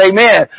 Amen